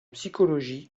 psychologie